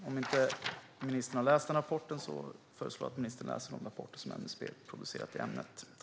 Om inte ministern har läst rapporten föreslår jag att ministern läser de rapporter som MSB har producerat i ämnet.